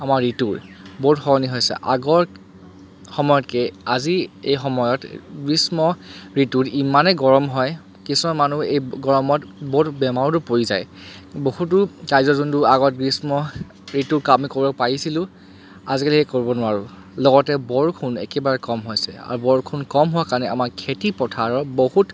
আমাৰ ঋতু বহুত সলনি হৈছে আগৰ সময়তকৈ আজিৰ এই সময়ত গ্ৰীষ্ম ঋতুত ইমানে গৰম হয় কিছুমান মানুহ এই গৰমত বহুত বেমাৰতো পৰি যায় বহুতো কাৰ্য যোনটো আগত গীষ্ম ঋতুত আমি কৰিব পাৰিছিলোঁ আজিকালি কৰিব নোৱাৰোঁ লগতে বৰষুণ একেবাৰে কম হৈছে আৰু বৰষুণ কম হোৱা কাৰণে আমাৰ খেতিপথাৰত বহুত